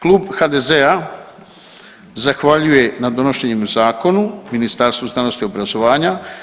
Klub HDZ-a zahvaljuje na donošenju zakona Ministarstvu znanosti i obrazovanja.